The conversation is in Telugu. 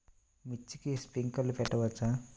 మిర్చికి స్ప్రింక్లర్లు పెట్టవచ్చా?